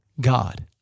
God